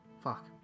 fuck